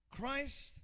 Christ